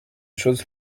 chose